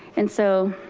and so